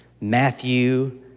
Matthew